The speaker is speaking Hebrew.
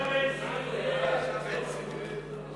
הצעת סיעת ש"ס